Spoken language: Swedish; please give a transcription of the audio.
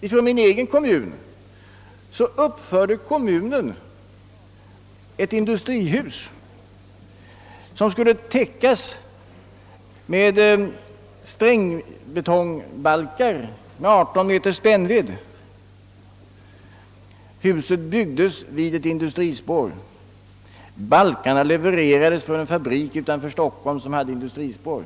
I min egen kommun uppförde kommunen ett industrihus, som skulle täckas med strängbetongbalkar med 18 meters spännvidd. Huset byggdes vid ett industrispår och balkarna levererades från en fabrik utanför Stockholm som hade industrispår.